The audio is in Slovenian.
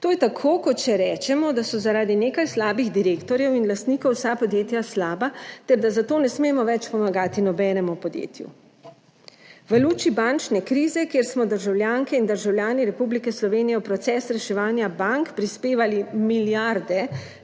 To je tako, kot če rečemo, da so zaradi nekaj slabih direktorjev in lastnikov vsa podjetja slaba ter da zato ne smemo več pomagati nobenemu podjetju. V luči bančne krize, kjer smo državljanke in državljani Republike Slovenije v proces reševanja bank prispevali milijarde,